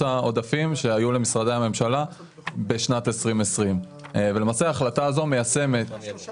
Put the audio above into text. העודפים שהיו למשרדי הממשלה בשנת 2020. למעשה הפנייה